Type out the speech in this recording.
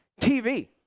TV